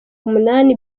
umunani